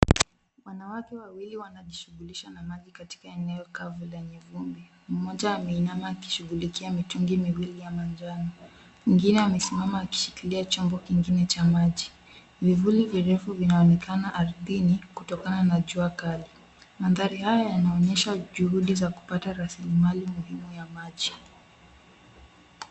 Wanawake wawili wanajishirikisha na maji katika eneo kame lenye vumbi. Mmoja ameinama akishughulikia mitungi miwili ya manjano. Mwingine amesimama akishikilia chombo kingine cha maji. Vivuli virefu vinaonekana ardhini kutokana na jua kali. Mandhari haya yanaonyesha juhudi za kupata rasilimali muhimu ya maji.